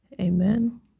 amen